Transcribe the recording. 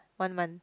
one month